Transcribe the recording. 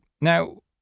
Now